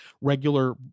regular